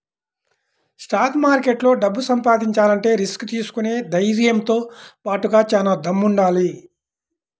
stock మార్కెట్లో డబ్బు సంపాదించాలంటే రిస్క్ తీసుకునే ధైర్నంతో బాటుగా చానా దమ్ముండాలి